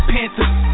Panthers